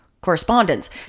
correspondence